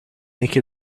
make